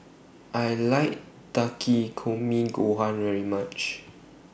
I like Takikomi Gohan very much